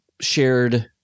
shared